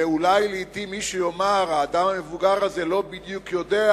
אולי לעתים מישהו יאמר: האדם המבוגר הזה לא בדיוק יודע,